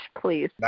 Please